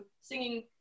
singing